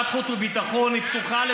חופש הביטוי זה לא אנרכיה,